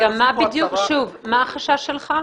שוב, מה החשש שלך?